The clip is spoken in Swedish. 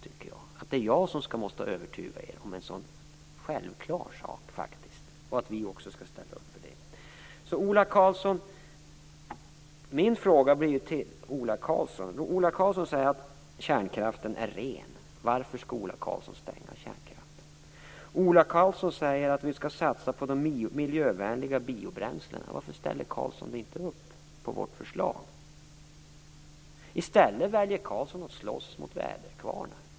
Skall jag behöva övertyga er om en så självklar sak som att vi skall ställa upp på detta? Ola Karlsson säger att kärnkraften är ren. Varför skall Ola Karlsson stänga kärnkraften? Ola Karlsson säger att vi skall satsa på de miljövänliga biobränslena. Varför ställer Karlsson inte upp på vårt förslag? I stället väljer Karlsson att slåss mot väderkvarnar.